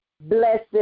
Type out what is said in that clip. blessed